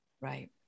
Right